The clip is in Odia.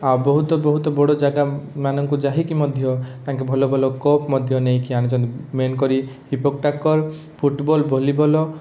ଆଉ ବହୁତ ବହୁତ ବଡ଼ ଜାଗା ମାନଙ୍କୁ ଯାହିକି ମଧ୍ୟ ତାଙ୍କେ ଭଲ ଭଲ କପ୍ ମଧ୍ୟ ନେଇକି ଆଣନ୍ତି ମେନ କରି ହିପଟ୍ୟାକର ଫୁଟବଲ ଭଲିବଲ